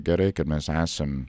gerai kad mes esam